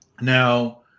Now